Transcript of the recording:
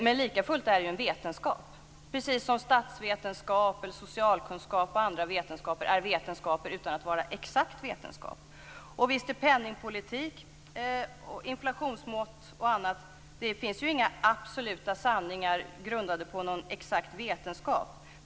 Men likafullt är det ju en vetenskap, precis som statsvetenskap, socialvetenskap och andra vetenskaper är vetenskaper utan att vara exakta vetenskaper. Och visst förhåller det sig så med penningpolitik, inflationsmått och annat att det inte finns några absoluta sanningar grundade på någon exakt vetenskap.